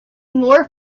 more